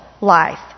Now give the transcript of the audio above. life